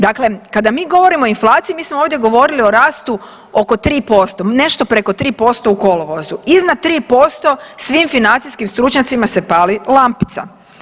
Dakle, kada mi govorimo o inflaciji mi smo ovdje govorili o rastu oko 3%, nešto preko 3% u kolovozu, iznad 3% svim financijskim stručnjacima se pali lampica.